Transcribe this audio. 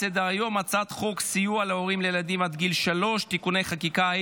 הצעת חוק סיוע להורים לילדים עד גיל שלוש (תיקוני חקיקה),